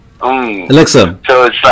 Alexa